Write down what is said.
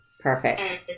Perfect